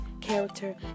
character